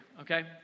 okay